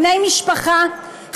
בני משפחה,